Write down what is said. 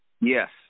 Yes